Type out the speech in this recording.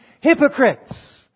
hypocrites